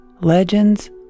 legends